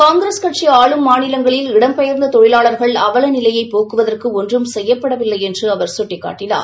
காங்கிரஸ் கட்சி ஆளும் மாநிலங்களில் இடம் பெயர்ந்த தொழிலாளர்கள் அவல நிலையையப் போக்குவதற்கு ஒன்றும் செய்யப்படவில்லை என்று அவர் சுட்டிக் காட்டினார்